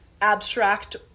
abstract